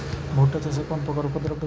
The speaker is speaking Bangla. ভুট্টা চাষে কোন পোকার উপদ্রব বেশি?